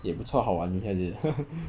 也不错好玩一下的